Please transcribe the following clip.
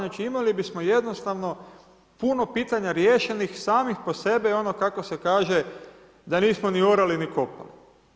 Znači imali bismo jednostavno, puno putanja riješenih samih po sebe i ono kako se kaže da nismo ni orali ni kopali.